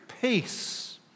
peace